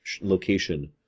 location